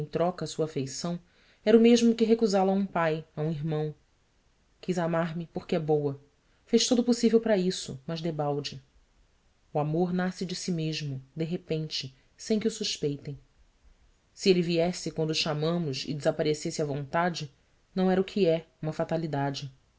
troca sua afeição era o mesmo que recusá la a um pai a um irmão quis amar-me porque é boa fez todo o possível para isso mas debalde o amor nasce de si mesmo de repente sem que o suspeitem se ele viesse quando o chamamos e desaparecesse à vontade não era o que é uma fatalidade